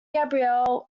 gabriel